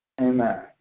Amen